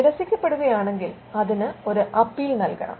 നിരസിക്കപ്പെടുകയാണെങ്കിൽ അതിന് ഒരു അപ്പീൽ നൽകണം